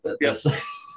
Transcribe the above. Yes